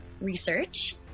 research